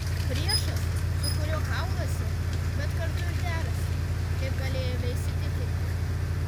priešas su kuriuo kaunasi bet kartu ir derasi kaip galėjome įsitikinti